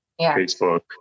Facebook